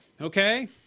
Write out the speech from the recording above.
Okay